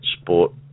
sport